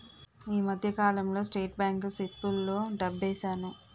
ఈ మధ్యకాలంలో state bank సిప్పుల్లో డబ్బేశాను